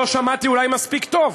אולי לא שמעתי מספיק טוב.